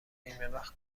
نیمهوقت